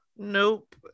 Nope